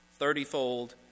thirtyfold